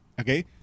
Okay